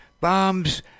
bombs